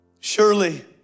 Surely